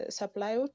supply